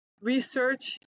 research